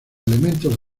elementos